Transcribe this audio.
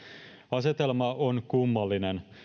asetelma on kummallinen